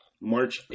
march